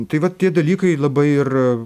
tai va tie dalykai labai ir